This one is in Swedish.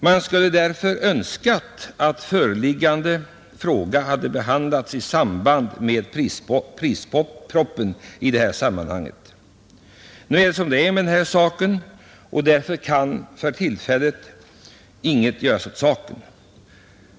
Man skulle därför ha önskat att föreliggande fråga hade behandlats i samband med prispropositionen. Nu är det som det är, och därför kan tyvärr för ögonblicket ingenting göras åt saken.